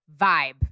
vibe